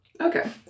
Okay